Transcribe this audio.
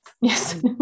Yes